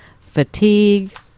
fatigue